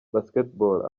basketball